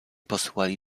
posyłali